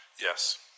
Yes